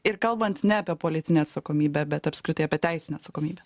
ir kalbant ne apie politinę atsakomybę bet apskritai apie teisinę atsakomybę